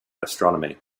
astronomy